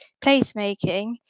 placemaking